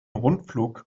rundflug